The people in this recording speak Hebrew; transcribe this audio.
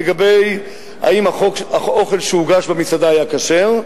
האם האוכל שהוגש במסעדה היה כשר,